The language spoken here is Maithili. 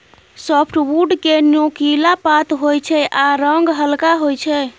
साफ्टबुड केँ नोकीला पात होइ छै आ रंग हल्का होइ छै